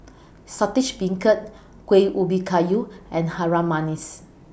Saltish Beancurd Kueh Ubi Kayu and Harum Manis